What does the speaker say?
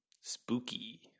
Spooky